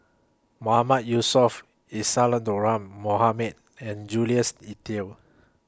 Mohamad Yusof Isadhora Mohamed and Jules Itier